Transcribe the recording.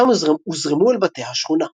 ומשם הוזרמו אל בתי השכונה.